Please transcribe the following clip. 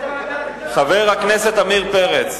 חבר הכנסת עמיר פרץ,